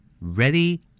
Ready